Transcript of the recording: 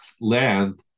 land